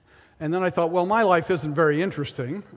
and then i thought, well, my life isn't very interesting,